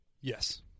yes